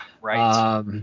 right